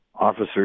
Officer